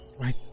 Right